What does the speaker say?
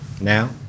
now